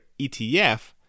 ETF